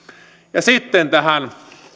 ja sitten tähän